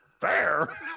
Fair